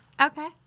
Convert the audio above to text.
okay